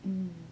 mm